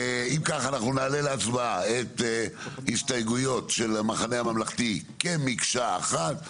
אם ככה אנחנו נעלה להצבעה את הסתייגויות של המחנה הממלכתי כמקשה אחת.